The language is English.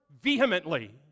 vehemently